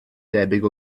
debyg